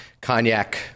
cognac